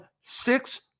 six